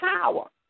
power